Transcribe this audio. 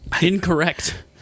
Incorrect